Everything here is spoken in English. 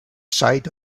side